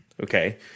Okay